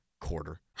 quarter